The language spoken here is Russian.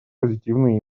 позитивный